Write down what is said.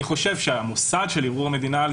אני חושב שהמוסד של אירוע מדינה על